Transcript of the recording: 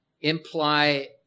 imply